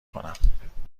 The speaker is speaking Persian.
کنم